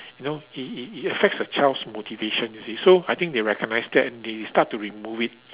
you know it it it affects the child's motivation you see so I think they recommends that and they start to remove it